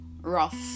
rough